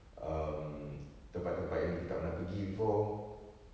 um tempat-tempat yang kita tak pernah pergi before